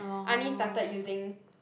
I only started using